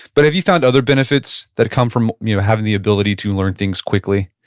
but have you found other benefits that come from having the ability to learn things quickly?